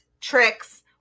tricks